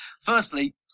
Firstly